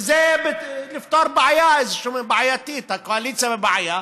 וזה לפתור בעיה בעייתית: הקואליציה בבעיה,